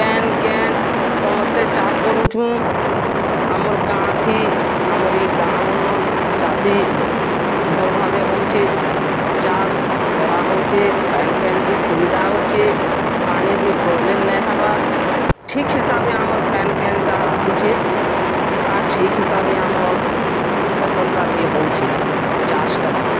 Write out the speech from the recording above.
ପାଏନ୍ କାଏନ୍ ସମସ୍ତେ ଚାଷ୍ କରୁଁଛୁ ଆମର୍ ଗାଁଥି ଆମର୍ ଏଇ ଗାଁ ମାନ ଚାଷୀ ଭଲ ଭାବେ ହେଉଛେ ଚାଷ୍ କରାହେଉଛେ ପାଏନ୍ କାଏନ୍ ବି ସୁବିଧା ଅଛେ ପାଣିର ଭି ପ୍ରୋବ୍ଲେମ୍ ନାହିଁ ହେବାର୍ ଠିକ୍ ହିସାବେ ଆମର୍ ପାଏନ୍ କାଏନ୍ଟା ଆସୁଛେ ଆର୍ ଠିକ୍ ହିସାବରେ ଆମର୍ ଫସଲଟା ବି ହେଉଛେ ଚାଷ୍ଟା